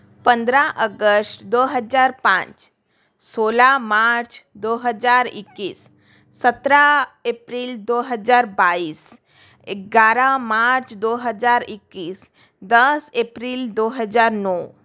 पंद्रह अगस्त दो हज़ार पाँच सोलह मार्च दो हज़ार इक्कीस सत्रह एप्रैल दो हज़ार बाइस ग्यारह मार्च दो हज़ार इक्कीस दस एप्रैल दो हज़ार नौ